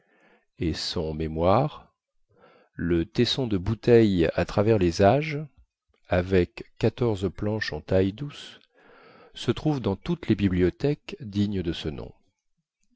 et son mémoire le tesson de bouteille à travers les âges avec quatorze planches en taille-douce se trouve dans toutes les bibliothèques dignes de ce nom